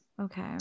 okay